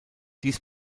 dies